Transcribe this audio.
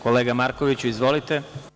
Kolega Markoviću, izvolite.